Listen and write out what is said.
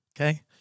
Okay